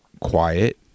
quiet